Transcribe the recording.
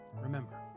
Remember